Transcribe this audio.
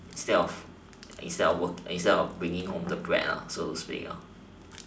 self instead of working bringing home the bread lah so as to say lah